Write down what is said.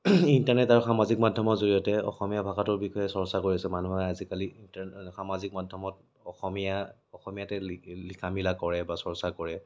internet আৰু সামাজিক মাধ্যমৰ জৰিয়তে অসমীয়া ভাষাটোৰ বিষয়ে চৰ্চা কৰি আছে মানুহে আজিকালি ইন্টাৰনেল সামাজিক মাধ্যমত অসমীয়া অসমীয়াতেই লিখা মেলা কৰে বা চৰ্চা কৰে